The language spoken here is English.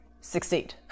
succeed